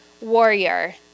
warrior